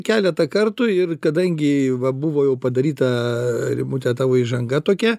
keletą kartų ir kadangi va buvo jau padaryta rimute tavo įžanga tokia